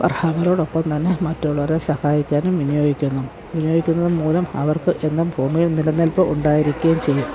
ഒരാളോടൊപ്പം തന്നെ മറ്റുള്ളവരെ സഹായിക്കാനും വിനിയോഗിക്കുന്നു വിനിയോഗിക്കുന്നതുമൂലം അവർക്ക് എന്നും ഭൂമിയിൽ നിലനിൽപ്പ് ഉണ്ടായിരിക്കുകയും ചെയ്യും